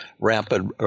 rapid